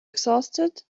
exhausted